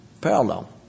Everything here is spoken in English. parallel